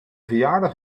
verjaardag